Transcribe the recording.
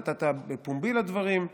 נתת פומבי לדברים,